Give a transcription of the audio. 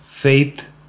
Faith